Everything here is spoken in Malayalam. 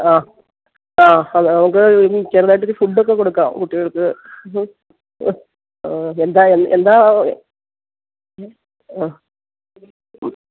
ആ ആ അത് നമുക്ക് ഇനി ചെറുതായിട്ടൊരു ഫുഡൊക്കെ കൊടുക്കാം കുട്ടികൾക്ക് മ്മ് മ്മ് എന്താ എന്താണ് അ മ്മ്